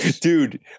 Dude